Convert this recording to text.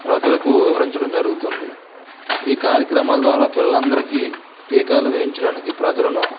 ప్రజలకు వివరించడం జరుగుతుంది ఈ కార్యక్రమాల ద్వారా పిల్లలందరికీ టీకాలు వేయించడానికి ప్రజలను